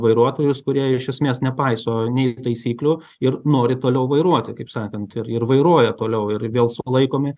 vairuotojus kurie iš esmės nepaiso nei taisyklių ir nori toliau vairuoti kaip sakant ir ir vairuoja toliau ir vėl sulaikomi